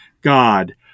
God